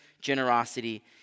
generosity